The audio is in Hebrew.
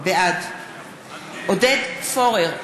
בעד עודד פורר,